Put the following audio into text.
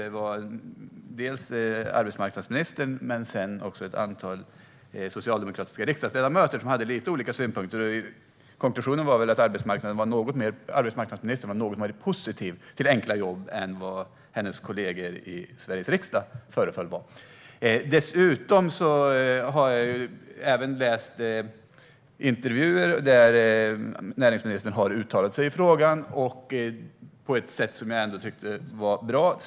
Såväl arbetsmarknadsministern som ett antal socialdemokratiska riksdagsledamöter har haft lite olika synpunkter. Konklusionen är att arbetsmarknadsministern varit något mer positiv till enkla jobb än vad hennes kollegor i Sveriges riksdag förefallit vara. Jag har även läst intervjuer där näringsministern har uttalat sig i frågan på ett sätt som jag tyckte var bra.